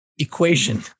equation